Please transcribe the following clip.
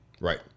Right